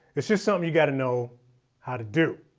it's just something you got to know how to do.